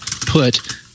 put